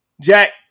Jack